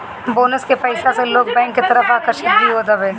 bonus के पईसा से लोग बैंक के तरफ आकर्षित भी होत हवे